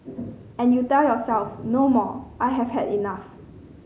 and you tell yourself no more I have had enough